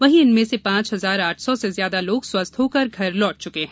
वहीं इनमें से पांच हजार आठ सौ से ज्यादा लोग स्वस्थ्य होकर घर लौट चुके हैं